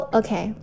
okay